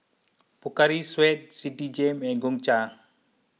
Pocari Sweat Citigem and Gongcha